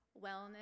wellness